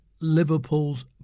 Liverpool's